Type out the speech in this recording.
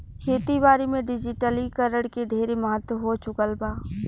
खेती बारी में डिजिटलीकरण के ढेरे महत्व हो चुकल बा